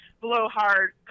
blowhard